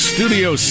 Studio